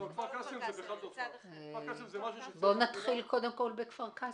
בואו נתחיל בכפר קאסם.